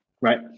right